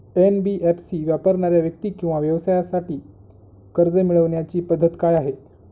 NBFC वापरणाऱ्या व्यक्ती किंवा व्यवसायांसाठी कर्ज मिळविण्याची पद्धत काय आहे?